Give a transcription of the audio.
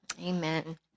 Amen